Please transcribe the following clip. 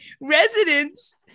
residents